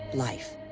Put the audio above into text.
life,